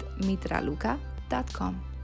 mitraluka.com